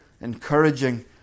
encouraging